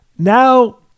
Now